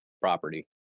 property